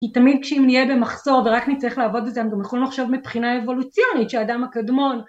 היא תמיד כשהיא נהיה במחסור ורק נצטרך לעבוד על זה אנחנו יכולים לחשוב מבחינה אבולוציונית שאדם הקדמון